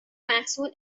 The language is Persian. محصول